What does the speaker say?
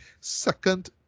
second